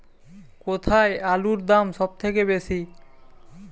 কোথায় আলুর দাম সবথেকে বেশি?